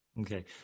Okay